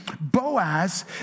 Boaz